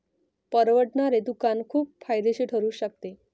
परवडणारे दुकान खूप फायदेशीर ठरू शकते